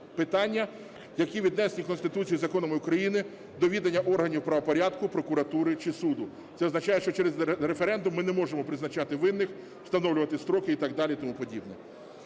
питання, які віднесені Конституцією і законами України до відання органів правопорядку, прокуратури чи суду. Це означає, що через референдум ми не можемо призначати винних, встановлювати строки і так